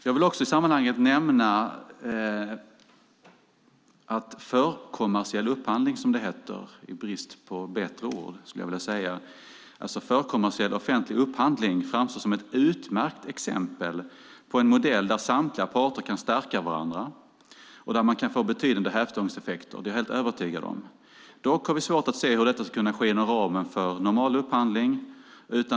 Jag vill i sammanhanget nämna att förkommersiell upphandling, som det heter i brist på bättre ord skulle jag vilja säga, framstår som ett utmärkt exempel på en modell där samtliga parter kan stärka varandra och att man kan få betydande hävstångseffekter. Att man kan göra det är jag helt övertygad om. Dock har vi svårt att se hur detta ska kunna ske inom ramen för normal upphandling.